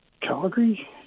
Calgary